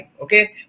okay